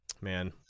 man